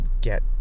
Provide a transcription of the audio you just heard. get